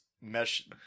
mesh